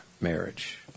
marriage